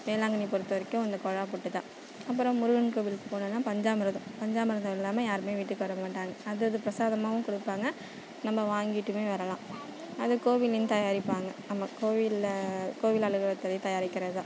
வேளாங்கண்ணியை பொருத்த வரைக்கும் அங்கே குழா புட்டுதான் அப்பறம் முருகன் கோவிலுக்கு போனோன்னா பஞ்சாமிருதம் பஞ்சாமிருதம் இல்லாமல் யாரும் வீட்டுக்கு வர மாட்டாங்க அது அது பிரசாதமாகவும் கொடுப்பாங்க நம்ம வாங்கிட்டமே வரலாம் அது கோவிலேயும் தயாரிப்பாங்க ஆமாம் கோவிலில் கோவில் அலுவலகத்தில் தயாரிக்கிறது தான்